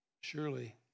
Surely